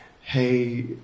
hey